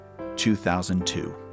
2002